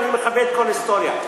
ואני מכבד כל היסטוריה.